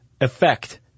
effect